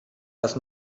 das